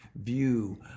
view